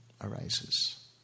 arises